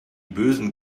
bösen